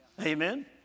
Amen